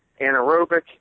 anaerobic